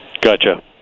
Gotcha